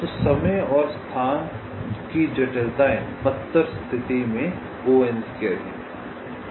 तो समय और स्थान की जटिलताएं बदतर स्थिति में हैं